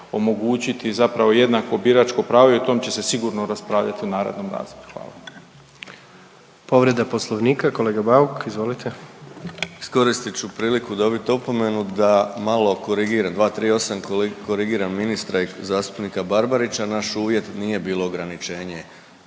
omogućiti jednako biračko pravo i o tom će se sigurno raspravljati u narednom razdoblju. Hvala. **Jandroković, Gordan (HDZ)** Povreda poslovnika kolega Bauk, izvolite. **Bauk, Arsen (SDP)** Iskoristit ću priliku dobit opomenu da malo korigiram 238., korigiram ministra i zastupnika Barbarića. Naš uvjet nije bilo ograničenje